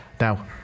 now